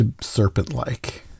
serpent-like